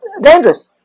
dangerous